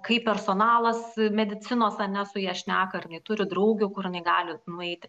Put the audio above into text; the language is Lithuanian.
kaip personalas medicinos ane su ja šneka ar jinai turi draugių kur jinai gali nueiti